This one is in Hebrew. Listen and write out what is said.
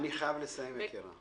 אני חייב לסיים, יקירה.